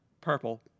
purple